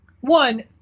One